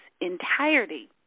entirety